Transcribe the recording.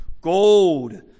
gold